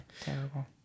terrible